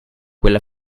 quella